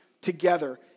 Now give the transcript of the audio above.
together